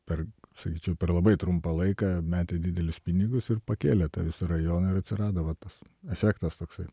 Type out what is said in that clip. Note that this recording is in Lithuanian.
per sakyčiau per labai trumpą laiką metė didelius pinigus ir pakėlė tą visą rajoną ir atsirado va tas efektas toksai